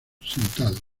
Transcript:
sentado